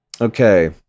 Okay